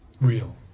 real